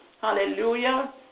Hallelujah